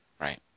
Right